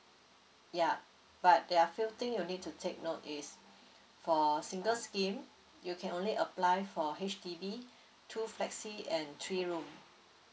yup but there are a few things you need to take note is for single scheme you can only apply for H_D_B two flexi and three room